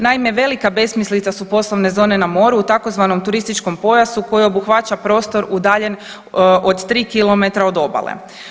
Naime, velika besmislica su poslovne zone na moru u tzv. turističkom pojasu koji obuhvaća prostor udaljen 3 km od obale.